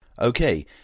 Okay